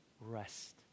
rest